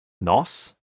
NOS